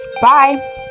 bye